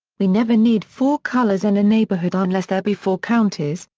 we never need four colors in a neighborhood unless there be four counties,